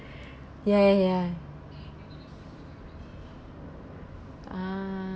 ya ya ya ah